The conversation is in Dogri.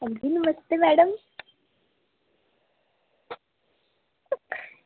हां जी नमस्ते मैडम